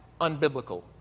unbiblical